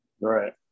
right